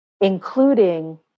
including